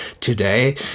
today